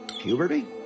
Puberty